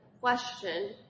question